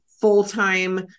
full-time